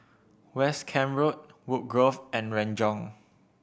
West Camp Road Woodgrove and Renjong